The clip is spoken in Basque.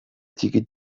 ttiki